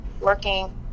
working